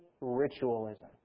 ritualism